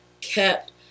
kept